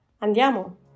Andiamo